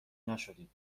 نشدیم